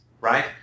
right